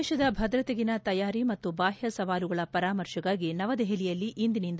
ದೇಶದ ಭದ್ರತೆಗಿನ ತಯಾರಿ ಮತ್ತು ಬಾಹ್ಯ ಸವಾಲುಗಳ ಪರಾಮರ್ತೆಗಾಗಿ ನವದೆಹಲಿಯಲ್ಲಿ ಇಂದಿನಿಂದ